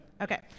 Okay